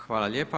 Hvala lijepa.